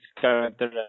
character